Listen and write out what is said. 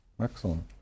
Excellent